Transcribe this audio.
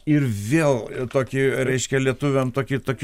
ir vėl tokį reiškia lietuviam tokį tokį